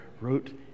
wrote